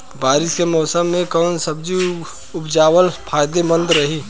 बारिश के मौषम मे कौन सब्जी उपजावल फायदेमंद रही?